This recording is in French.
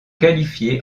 qualifiés